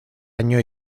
año